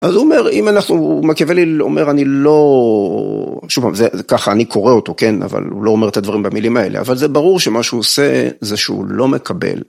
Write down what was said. אז הוא אומר, אם אנחנו, מקיאוולי הוא אומר אני לא, שוב פעם זה ככה אני קורא אותו כן, אבל הוא לא אומר את הדברים במילים האלה, אבל זה ברור שמה שהוא עושה זה שהוא לא מקבל.